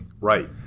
Right